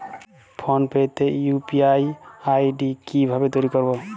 Phone pay তে UPI ID কি ভাবে তৈরি করবো?